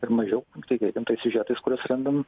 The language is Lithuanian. ir mažiau tikėkim tais siužetais kuriuos randam